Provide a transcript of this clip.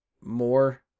more